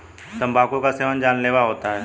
तंबाकू का सेवन जानलेवा होता है